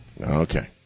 Okay